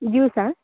జ్యూసా